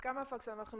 היכן ןהפקס.